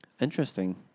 Interesting